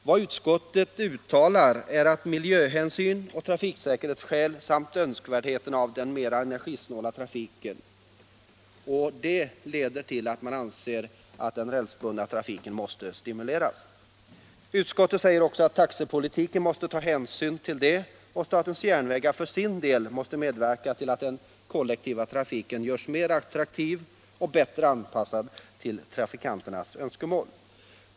Vad utskottet uttalar är att miljöhänsyn och trafiksäkerhetsskäl samt önskvärdheten av en mera energisnål trafik gör det nödvändigt att den rälsbundna trafiken stimuleras. Utskottet säger också att taxepolitiken måste ta hänsyn till det och att statens järnvägar måste för sin del medverka till att den kollektiva trafiken görs mer attraktiv och bättre anpassad till trafikanternas önskemål.